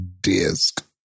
disc